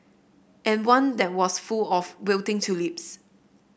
and one that was full of wilting tulips